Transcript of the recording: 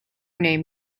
name